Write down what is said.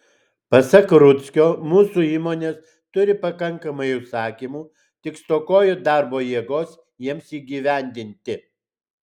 pasak rudzkio mūsų įmonės turi pakankamai užsakymų tik stokoja darbo jėgos jiems įgyvendinti